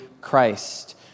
Christ